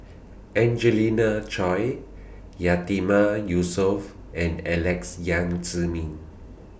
Angelina Choy Yatiman Yusof and Alex Yam Ziming